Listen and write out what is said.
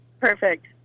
Perfect